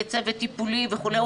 צוות טיפולי וכולי,